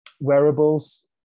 Wearables